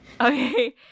okay